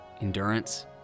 endurance